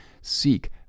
seek